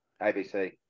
ABC